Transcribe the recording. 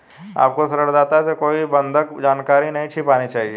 आपको ऋणदाता से कोई बंधक जानकारी नहीं छिपानी चाहिए